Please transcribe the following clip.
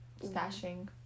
stashing